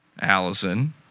Allison